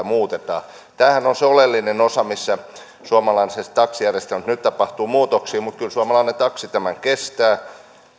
muutetaan tämähän on se oleellinen osa missä suomalaisessa taksijärjestelmässä nyt tapahtuu muutoksia mutta kyllä suomalainen taksi tämän kestää